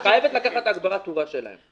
את חייבת לקחת את התאורה וההגברה שלהם.